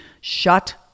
Shut